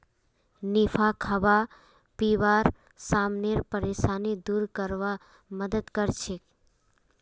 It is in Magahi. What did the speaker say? निफा खाबा पीबार समानेर परेशानी दूर करवार मदद करछेक